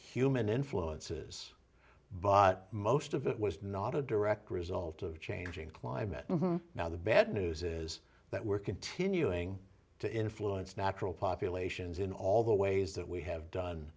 human influences but most of it was not a direct result of changing climate now the bad news is that we're continuing to influence natural populations in all the ways that we have done